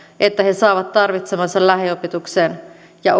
että he saavat tarvitsemansa lähiopetuksen ja